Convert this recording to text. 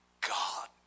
God